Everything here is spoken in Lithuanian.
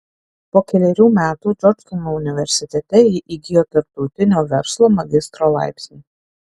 po kelerių metų džordžtauno universitete ji įgijo tarptautinio verslo magistro laipsnį